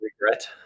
regret